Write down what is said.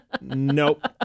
Nope